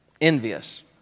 Envious